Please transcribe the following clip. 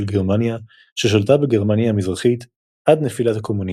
גרמניה ששלטה בגרמניה המזרחית עד נפילת הקומוניזם.